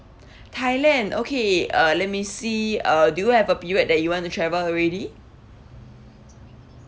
thailand okay uh let me see uh do you have a period that you want to travel already